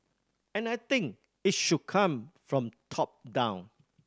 and I think it should come from top down